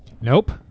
nope